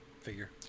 figure